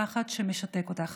הפחד שמשתק אותך,